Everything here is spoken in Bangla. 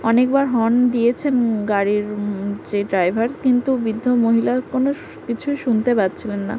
অনেকবার হর্ন দিয়েছেন গাড়ির যে ড্রাইভার কিন্তু বৃদ্ধ মহিলা কোনো শু কিছুই শুনতে পাচ্ছিলেন না